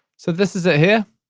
so this is it here,